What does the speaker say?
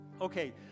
Okay